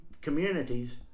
communities